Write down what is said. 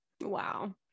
Wow